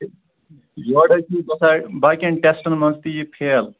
یوٗرٕ حظ چھُ یہِ گژھان باقٕین ٹیسٹن منٛز تہِ یہِ فیل